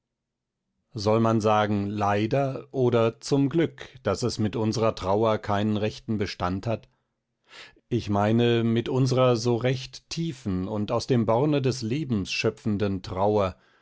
soll man sagen leider oder zum glück daß es mit unsrer trauer keinen rechten bestand hat ich meine mit unsrer so recht tiefen und aus dem borne des lebens schöpfenden trauer